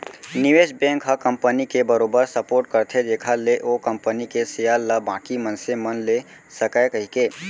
निवेस बेंक ह कंपनी के बरोबर सपोट करथे जेखर ले ओ कंपनी के सेयर ल बाकी मनसे मन ले सकय कहिके